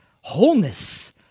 wholeness